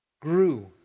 Grew